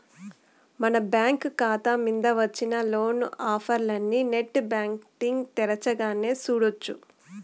మన బ్యాంకు కాతా మింద వచ్చిన లోను ఆఫర్లనీ నెట్ బ్యాంటింగ్ తెరచగానే సూడొచ్చు